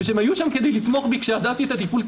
והם היו שם כדי לתמוך בי כשעזבתי את הטיפול.